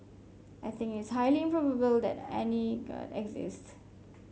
I think it's highly improbable that any god exists